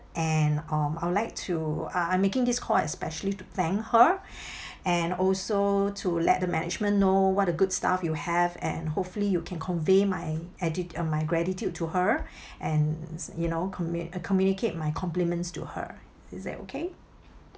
and um I would like to uh I'm making this call especially to thank her and also to let the management know what a good staff you have and hopefully you can convey my atti~ uh my gratitude to her and you know commu~ uh communicate my compliments to her is that okay